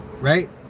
Right